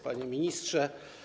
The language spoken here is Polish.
Panie Ministrze!